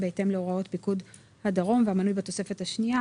לי שאין להם יכולת להתבסס על המסמכים האלה,